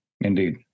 Indeed